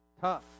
Tough